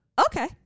Okay